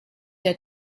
der